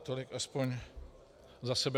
Tolik aspoň za sebe.